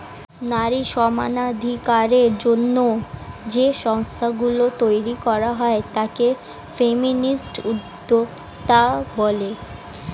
নারী সমানাধিকারের জন্য যে সংস্থা গুলো তৈরী করা হয় তাকে ফেমিনিস্ট উদ্যোক্তা বলে